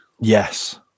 Yes